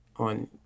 on